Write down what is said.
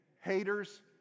Haters